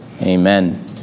Amen